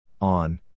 ON